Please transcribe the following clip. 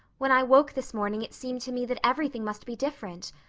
when i woke this morning it seemed to me that everything must be different.